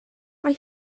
mae